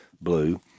Blue